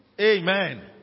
Amen